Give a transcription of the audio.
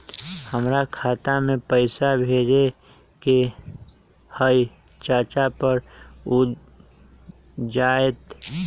हमरा खाता के पईसा भेजेए के हई चाचा पर ऊ जाएत?